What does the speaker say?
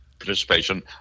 participation